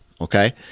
Okay